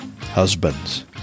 husbands